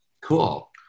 Cool